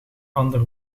ander